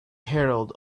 herald